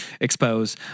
expose